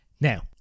Now